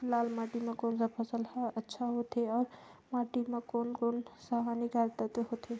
लाल माटी मां कोन सा फसल ह अच्छा होथे अउर माटी म कोन कोन स हानिकारक तत्व होथे?